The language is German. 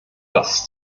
das